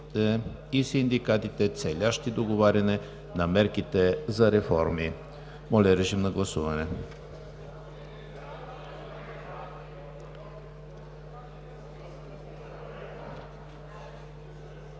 и синдикатите, целящи договаряне на мерки за реформи.“ Моля, режим на гласуване.